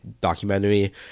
documentary